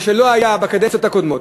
מה שלא היה בקדנציות הקודמות,